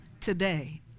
Today